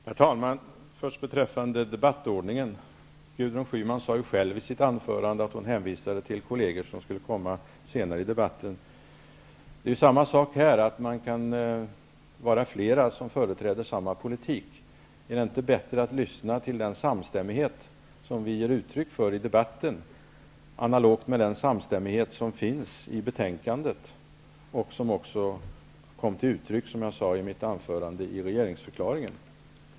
Herr talman! Beträffande debattordningen, sade Gudrun Schyman själv i sitt anförande att hon hänvisade till kolleger som skulle komma upp senare i debatten. Det är samma sak här, dvs. att flera kan tala som företräder samma politik. Är det inte bättre att lyssna till den samstämmighet som vi ger uttryck för i debatten, analogt med den samstämmighet som finns i betänkandet och som kom till uttryck, som jag sade i mitt anförande, i regeringsförklaringen?